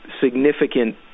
significant